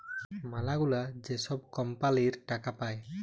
ম্যালাগুলা যে ছব গুলা কম্পালির টাকা পায়